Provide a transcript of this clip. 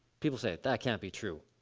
people say, that can't be true.